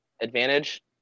advantage